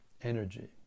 energy